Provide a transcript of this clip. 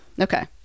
Okay